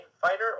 fighter